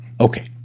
Okay